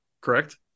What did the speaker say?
correct